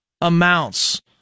amounts